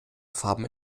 farben